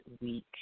week